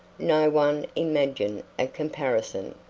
no one imagine a comparison.